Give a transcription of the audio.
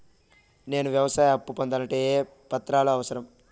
నేను వ్యవసాయం అప్పు పొందాలంటే ఏ ఏ పత్రాలు అవసరం?